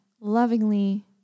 lovingly